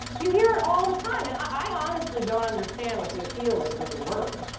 you hear it all the time! and i honestly don't understand what the appeal is of the word.